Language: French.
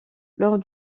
lors